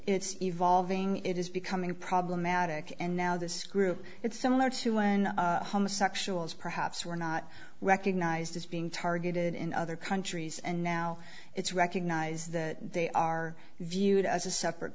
it's evolving it is becoming problematic and now this group it's similar to when homosexuals perhaps were not recognized as being targeted in other countries and now it's recognize that they are viewed as a separate